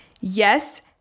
Yes